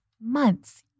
months